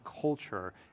culture